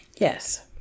Yes